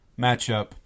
matchup